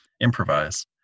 improvise